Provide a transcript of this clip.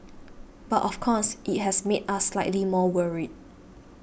but of course it has made us slightly more worried